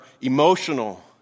emotional